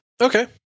Okay